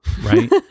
right